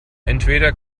entweder